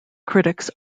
critics